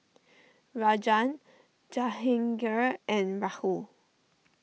Rajan Jahangir and Rahul